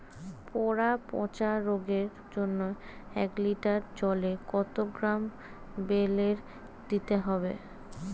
গোড়া পচা রোগের জন্য এক লিটার জলে কত গ্রাম বেল্লের দিতে হবে?